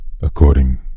according